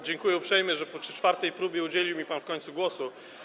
Dziękuję uprzejmie, że po czwartej próbie udzielił mi pan w końcu głosu.